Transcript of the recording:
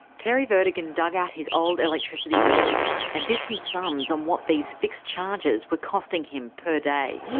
terry vertigan dug out his old electricity bills and did some sums on what these fixed charges were costing him per day.